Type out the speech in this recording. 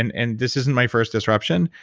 and and this isn't my first disruption.